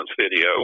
video